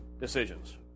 decisions